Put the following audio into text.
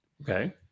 Okay